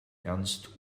ernst